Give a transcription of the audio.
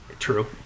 true